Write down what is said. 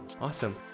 Awesome